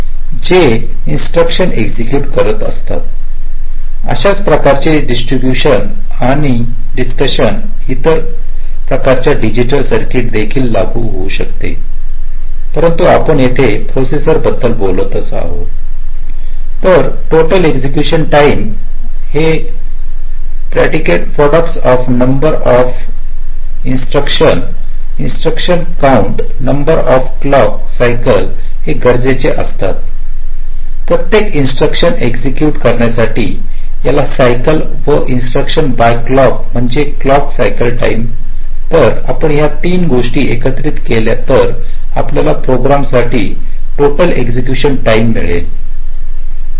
जे instructions execute करता असो अशाच प्रकारचे डिस्कशन इतर प्रकारच्या डिजिटल सर्किट देखील लागू होऊ शकते परंतु आपण येथे प्रोसेसर बद्दल बोलत आहोतच तर टोटल एक्सएकशन टाईम हे products of number of instruction instruction count number of clock cycle हे गरजेच्या असतात प्रत्येक इन्स्ट्रक्शन एस्क्वक्क्युट करण्यासाठी याला cycle per instruction by clock म्हणजेच क्लॉकसायकल टाईम तर आपण या तीन गोष्टी एकत्रित केल्या तर आपल्याला प्रोग्राम साठी टोटल एक्सएकशन टाईम मिळेल